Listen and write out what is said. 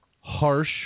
harsh